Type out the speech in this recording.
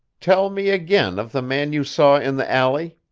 tell me again of the man you saw in the alley.